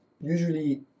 usually